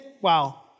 Wow